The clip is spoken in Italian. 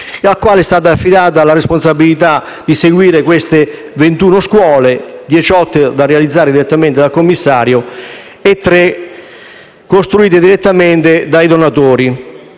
al quale è stata affidata la responsabilità di seguire queste 21 scuole, 18 da realizzare direttamente dal commissario e 3 costruite direttamente dai donatori.